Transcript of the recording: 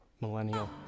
millennial